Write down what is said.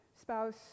spouse